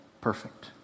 perfect